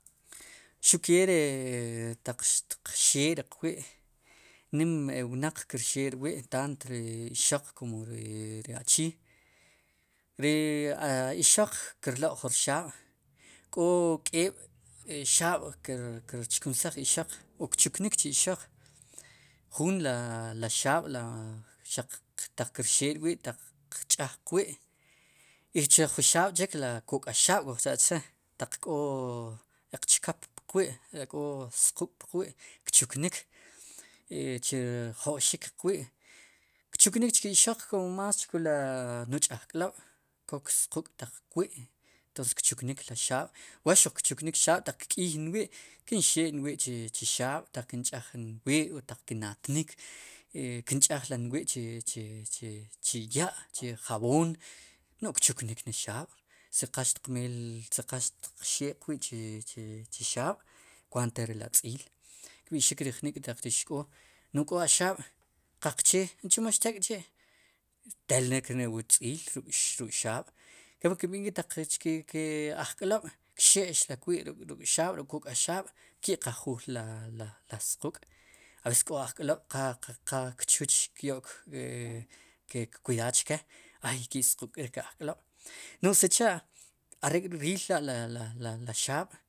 Xu ke taq tiq xee'ri wi' nim wnaq kirxee'rwi' tant ri ixoq kom ri achii ri a ixoq kirloq'jun rxaab' k'o k'eeb' xaab' kirchkunsaj ri ixoq wu kchuknik chu ixoq jun la xaab'ataq kicxee'rwi' qch'aj qwi' i che jun xaab' chik la kok'axaab' kuj cha'chee taq k'o keq chkop puq wi' k'o squk'puq wi' kchuknik chu rjo'xik qwi' kchuknik chke ixoq kum más kchu li nuch'ajk'lob' kok squk' taq kwi' entonces kchuknik la xaab' wa xuq kchunik xaab' ataq kkp iy inwi' kinxee'nwi' chi xaab' kinch'aj nwi' o taq kinatnik kin ch'aj rin wi chi, chi, chi chi chiya' chi jaboon no'j kchuknk ne xaab' si qal xtiq meel xtiq xee'qwi' chi xaab' kwaant tele re tz'iil kb'ixik jnik'taq ri xk'oo no'j k'o a xaab' qaqchee chemo xtel k'chi' telik ne wu tz'iil ruk'xaab' kepli kinb'iij nk'i chku taq ajk'lob' kxe'xrik wi' ruk' xaab' ruk'kok'axaab' ke'qajuul la, la squk' ab'ek ko' ajk'lob' qa, qa kchuch kyo'k kkuidadado chke hay ke squk'rik ke ajk'lob' n'oj sicha' are'riil la li xaab'.